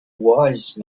wise